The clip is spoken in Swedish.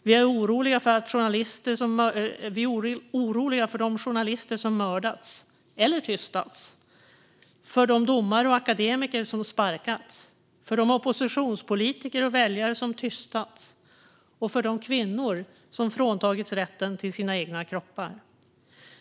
Vi är oroliga för de journalister som mördats eller tystats, för de domare och akademiker som sparkats, för de oppositionspolitiker och väljare som tystats och för de kvinnor som fråntagits rätten till sina egna kroppar.